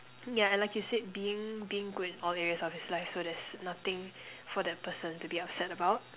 yeah like you said being being good in all areas of his life so there's nothing for that person to be upset about